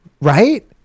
Right